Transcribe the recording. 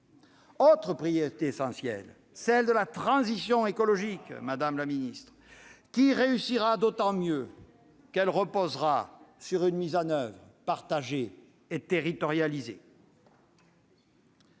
autre priorité essentielle est la transition écologique. Cette dernière réussira d'autant mieux qu'elle reposera sur une mise en oeuvre partagée et territorialisée.